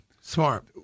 smart